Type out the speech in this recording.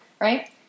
right